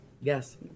yes